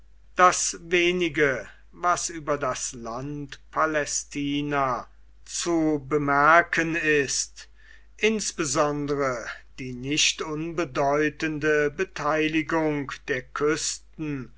das wenige was über das land palästina zu bemerken ist insbesondere die nicht unbedeutende beteiligung der küsten